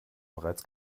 bereits